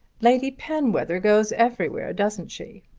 lady penwether goes everywhere doesn't she?